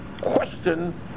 question